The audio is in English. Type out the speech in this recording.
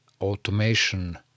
automation